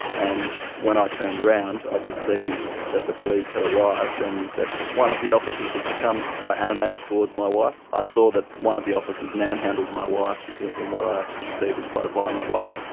and when i turned around i could see that the police had arrived and that one of the officers had become quite animated towards my wife. i saw that one of the officers manhandled my wife in what i perceived as quite a violent way,